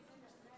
אם כן,